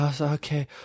okay